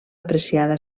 apreciada